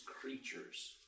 creatures